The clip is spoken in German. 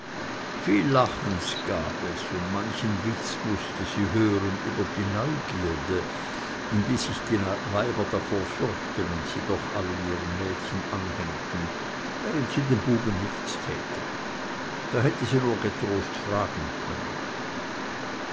viel lachens gab es und manchen witz mußte sie hören über die neugierde und wie sich die weiber davor fürchten und sie doch allen ihren mädchen anhängten während sie den buben nichts täte da hätte sie nur getrost fragen können